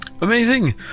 Amazing